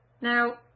Now